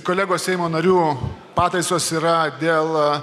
kolegos seimo narių pataisos yra dėl